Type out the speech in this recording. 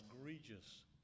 egregious